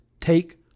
Take